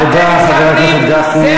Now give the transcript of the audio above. תודה, חבר הכנסת גפני.